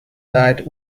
died